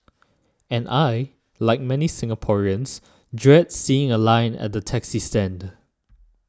and I like many Singaporeans dread seeing a line at the taxi stand